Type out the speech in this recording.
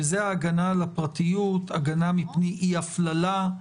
וזה הגנה על הפרטיות, הגנה מפני אי הפללה.